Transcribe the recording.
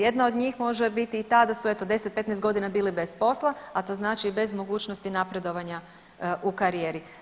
Jedna od njih može biti i ta da su eto 10, 15 godina bili bez posla, a to znači i bez mogućnosti napredovanja u karijeri.